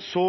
Så